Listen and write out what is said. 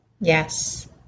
Yes